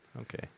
Okay